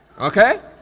Okay